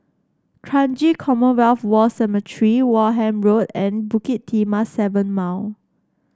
Kranji Commonwealth War Cemetery Wareham Road and Bukit Timah Seven Mile